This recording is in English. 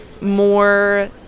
more